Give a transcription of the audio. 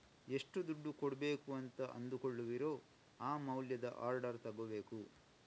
ಎಷ್ಟು ದುಡ್ಡು ಕೊಡ್ಬೇಕು ಅಂತ ಅಂದುಕೊಳ್ಳುವಿರೋ ಆ ಮೌಲ್ಯದ ಆರ್ಡರ್ ತಗೋಬೇಕು